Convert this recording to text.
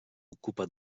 ocupa